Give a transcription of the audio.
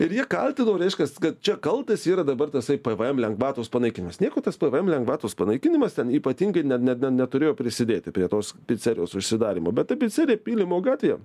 ir jie kaltino reiškias kad čia kaltas yra dabar tasai pvm lengvatos panaikinimas nieko tas pvm lengvatos panaikinimas ten ypatingai ne ne ne neturėjo prisidėti prie tos picerijos užsidarymo bet ta picerija pylimo gatvėje